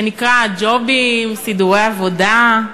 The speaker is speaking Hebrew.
שנקרא ג'ובים, סידורי עבודה.